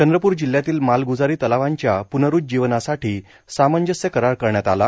चंद्रपूर जिल्ह्यातील मालगुजारी तलावांच्या पुनरूज्जीवनासाठी सामंजस्य करार करण्यात आला